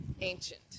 ancient